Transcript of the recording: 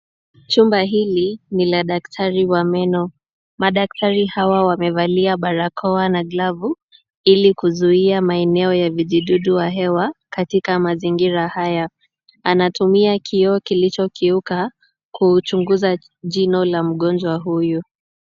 Chumba hili ni la daktari wa meno. Madakatari hawa wamevalia barakoa na glavu ili kuzuia maeneo ya vijidudu wahewa katika mazingira haya. Anatumia kio kilicho kiuka kuchunguza jino la mgonjwa huyu.